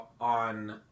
on